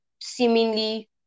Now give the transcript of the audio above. seemingly